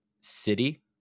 City